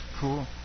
Cool